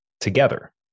together